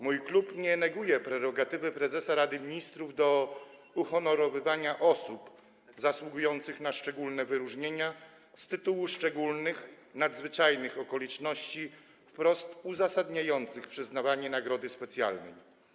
Mój klub nie neguje prerogatywy prezesa Rady Ministrów w uhonorowywaniu osób zasługujących na szczególne wyróżnienia z tytułu szczególnych, nadzwyczajnych okoliczności, wprost uzasadniających przyznawanie nagrody specjalnej.